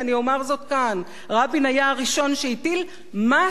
רבין היה הראשון שהטיל מס על רווחי הון.